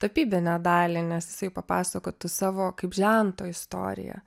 tapybinę dalį nes jisai papasakotų savo kaip žento istoriją